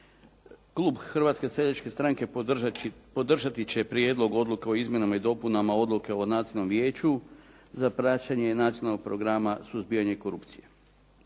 Klub Hrvatske seljačke stranke podržati će Prijedlog Odluke o izmjenama i dopunama Odluke o Nacionalnom vijeću za praćenje nacionalnog programa suzbijanja korupcije.